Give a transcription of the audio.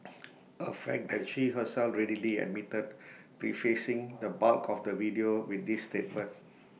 A fact that she herself readily admitted prefacing the bulk of the video with this statement